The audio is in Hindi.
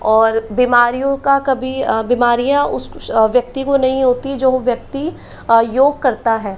और बीमारियों का कभी बीमारियाँ उस व्यक्ति को नहीं होती जो व्यक्ति योग करता है